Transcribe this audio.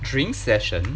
dr~ drink session